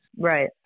Right